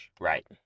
Right